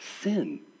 sin